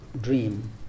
dream